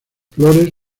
flores